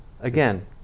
again